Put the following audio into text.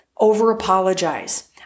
over-apologize